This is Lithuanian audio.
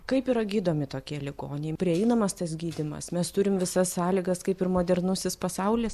kaip yra gydomi tokie ligoniai prieinamas tas gydymas mes turim visas sąlygas kaip ir modernusis pasaulis